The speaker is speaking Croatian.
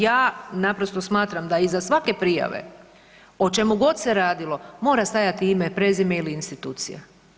Ja naprosto smatram da iza svake prijave o čemu god se radilo mora stajati ime, prezime ili institucija.